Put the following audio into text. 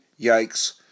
Yikes